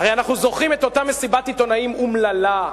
הרי אנחנו זוכרים את אותה מסיבת עיתונאים אומללה,